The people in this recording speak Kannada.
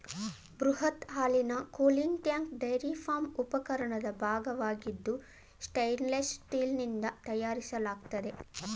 ಬೃಹತ್ ಹಾಲಿನ ಕೂಲಿಂಗ್ ಟ್ಯಾಂಕ್ ಡೈರಿ ಫಾರ್ಮ್ ಉಪಕರಣದ ಭಾಗವಾಗಿದ್ದು ಸ್ಟೇನ್ಲೆಸ್ ಸ್ಟೀಲ್ನಿಂದ ತಯಾರಿಸಲಾಗ್ತದೆ